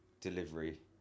delivery